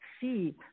see